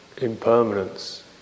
impermanence